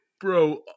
bro